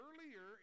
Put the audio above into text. earlier